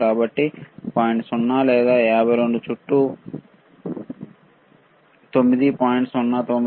కాబట్టి పాయింట్ 0 లేదా 52 చుట్టూ మిల్లివోల్ట్స్ 9